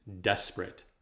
desperate